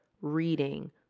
reading